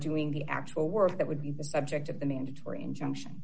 doing the actual work that would be the subject of the mandatory injunction